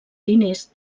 diners